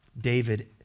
David